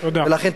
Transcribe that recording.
לכן,